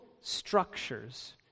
structures